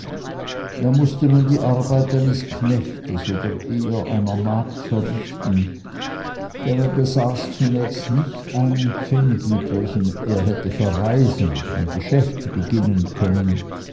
er mußte nun die arbeit eines knechtes oder eher einer magd verrichten denn er besaß zunächst nicht einen pfennig mit welchem er hätte verreisen oder ein geschäft beginnen können